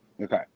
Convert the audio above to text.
Okay